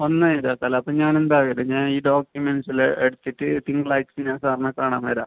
ഒന്ന് ഞാൻ എന്തായാലും ഞാൻ ഈ ഡോക്യുമെൻസെല്ലാം എടുത്തിട്ട് തിങ്കളാഴ്ച്ച ഞാൻ സാർനെ കാണാൻ വെരാം